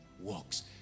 works